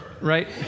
Right